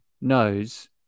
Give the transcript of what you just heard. knows